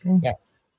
yes